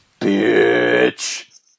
bitch